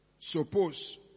Suppose